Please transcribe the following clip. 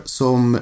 som